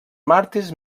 màrtirs